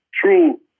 true